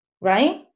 right